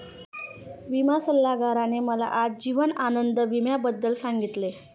विमा सल्लागाराने मला आज जीवन आनंद विम्याबद्दल सांगितले